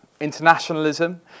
internationalism